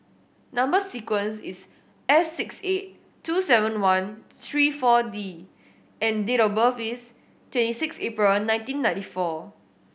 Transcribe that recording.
number sequence is S six eight two seven one three Four D and date of birth is twenty six April nineteen ninety four